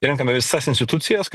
renkame visas institucijas ka